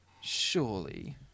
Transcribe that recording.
Surely